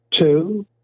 two